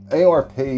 arp